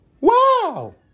Wow